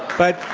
but